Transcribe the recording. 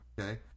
Okay